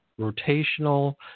rotational